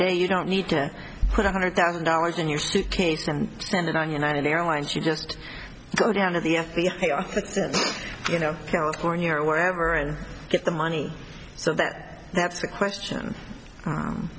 day you don't need to put a hundred thousand dollars in your suitcase and spend it on united airlines you just go down to the f b i you know california or wherever and get the money so that that's the question